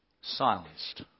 silenced